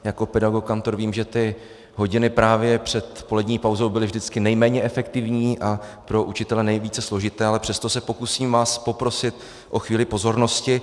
Jako pedagog, kantor, vím, že ty hodiny právě před polední pauzou byly vždycky nejméně efektivní a pro učitele nejvíce složité, ale přesto se pokusím vás poprosit o chvíli pozornosti.